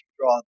draw